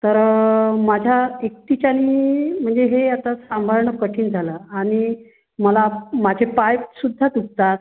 तर माझ्या एकटीच्याने म्हणजे हे आता सांभाळणं कठीण झालं आणि मला माझे पायसुद्धा दुखतात